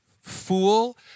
fool